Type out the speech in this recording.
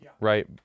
right